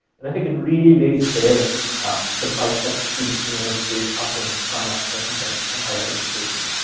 and i think it really lays bare the price that students in the united states are paying to try and access and benefit from higher education.